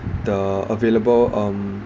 the available um